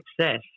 success